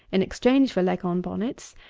in exchange for leghorn bonnets,